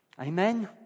Amen